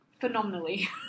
phenomenally